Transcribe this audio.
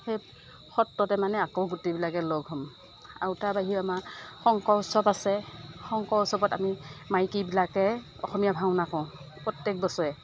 সেই সত্ৰতে মানে আকৌ গোটেইবিলাকে লগ হ'ম আৰু তাৰ বাহিৰে আমাৰ শংকৰ উৎসৱ আছে শংকৰ উৎসৱত আমি মাইকীবিলাকে অসমীয়া ভাওনা কৰোঁ